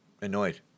annoyed